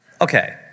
Okay